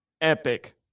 epic